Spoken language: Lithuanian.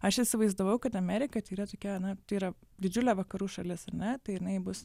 aš įsivaizdavau kad amerika tai yra tokia na tai yra didžiulė vakarų šalis ar ne tai jinai bus